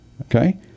okay